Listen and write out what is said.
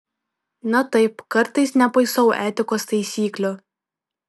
na taip kartais nepaisau etikos taisyklių